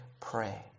pray